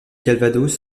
calvados